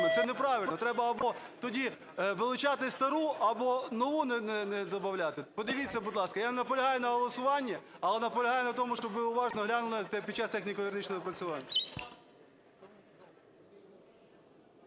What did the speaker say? Це неправильно. Треба або тоді вилучати стару, або нову не добавляти. Подивіться, будь ласка, Я не наполягаю на голосуванні, але наполягаю на тому, щоб ви уважно глянули під час техніко-юридичного опрацювання.